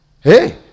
Hey